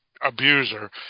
abuser